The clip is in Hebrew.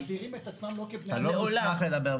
לעולם,